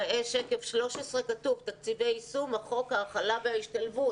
בתקציב 13 כתוב תקציבי יישום, חוק ההכלה וההשתלבות